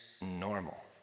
normal